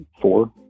four